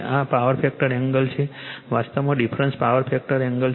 આ power factor angle છે વાસ્તવમાં ડિફરન્સ પાવર ફેક્ટર એંગલ છે